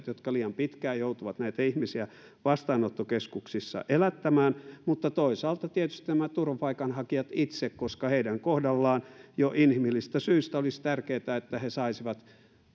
jotka liian pitkään joutuvat näitä ihmisiä vastaanottokeskuksissa elättämään mutta toisaalta tietysti nämä turvapaikanhakijat itse koska heidän kohdallaan jo inhimillisistä syistä olisi tärkeää että he saisivat